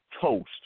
toast